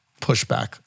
pushback